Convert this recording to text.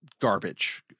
garbage